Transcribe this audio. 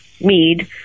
mead